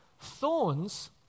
Thorns